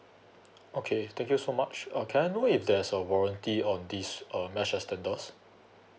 okay thank you so much uh can I know if there's a warranty on this uh mesh extenders